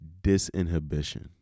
disinhibition